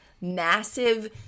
massive